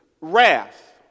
Wrath